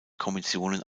kommissionen